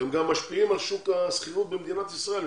הם גם משפיעים על שוק השכירות במדינת ישראל,